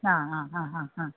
ആ ആ ഹാ ഹാ ഹാ